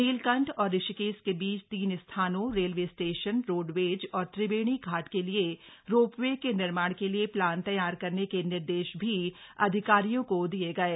नीलकंठ और ऋषिकेश के बीच तीन स्थानों रेलवे स्टेशन रोडवेज और त्रिवेणी घाट के लिए रोपवे के निर्माण के लिए प्लान तघ्यार करने के निर्देश भी अधिकारियों को दिये गये